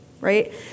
right